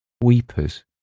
Weepers